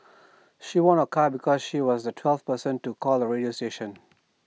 she won A car because she was the twelfth person to call the radio station